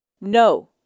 No